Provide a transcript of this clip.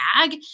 bag